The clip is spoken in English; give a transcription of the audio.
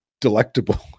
delectable